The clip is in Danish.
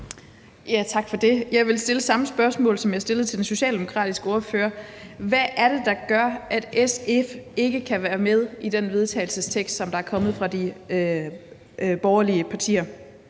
Tak for det. Jeg vil stille det samme spørgsmål, som jeg stillede til den socialdemokratiske ordfører: Hvad er det, der gør, at SF ikke kan være med i det forslag til vedtagelse, der er fremsat af de borgerlige partier?